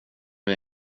väl